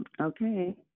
Okay